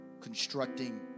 constructing